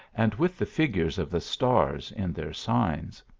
and with the figures of the stars in their signs.